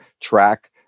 track